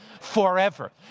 Forever